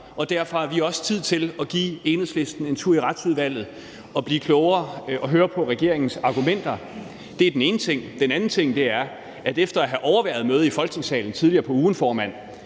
om. Derfor har vi også tid til at give Enhedslisten en tur i Retsudvalget og blive klogere og høre på regeringens argumenter. Det er den ene ting. Den anden ting er, at efter at have overværet mødet i Folketingssalen tidligere på ugen, formand,